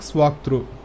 walkthrough